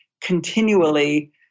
continually